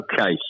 Okay